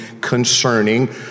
concerning